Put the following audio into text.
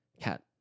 Cat